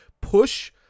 push –